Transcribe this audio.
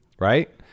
Right